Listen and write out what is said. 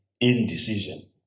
indecision